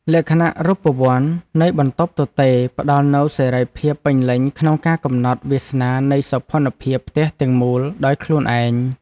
លក្ខណៈរូបវន្តនៃបន្ទប់ទទេរផ្ដល់នូវសេរីភាពពេញលេញក្នុងការកំណត់វាសនានៃសោភ័ណភាពផ្ទះទាំងមូលដោយខ្លួនឯង។